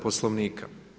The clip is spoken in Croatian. Poslovnika.